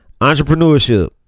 entrepreneurship